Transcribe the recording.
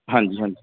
ਹਾਂਜੀ ਹਾਂਜੀ